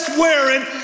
wearing